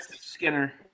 Skinner